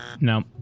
No